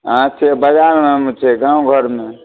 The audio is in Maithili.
अहाँ छिए बजारमे हम छिए गामघरमे